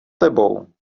tebou